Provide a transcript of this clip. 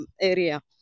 area